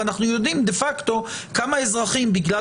ואנחנו יודעים דה פקטו כמה אזרחים בגלל